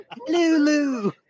Lulu